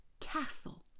castle